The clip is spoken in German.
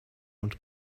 und